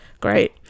Great